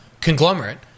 conglomerate